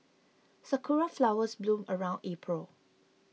sakura flowers bloom around April